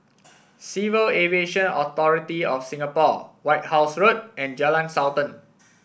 Civil Aviation Authority of Singapore White House Road and Jalan Sultan